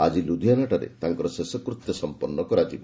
ଆଜି ଲୁଧିଆନାଠାରେ ତାଙ୍କର ଶେଷକୃତ୍ୟ ସମ୍ପନ୍ନ କରାଯିବ